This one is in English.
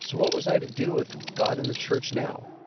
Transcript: so what was i to do with god and the church now?